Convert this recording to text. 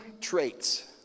traits